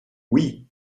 oui